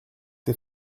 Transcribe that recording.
ses